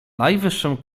najwyższym